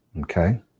Okay